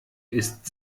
ist